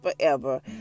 forever